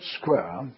square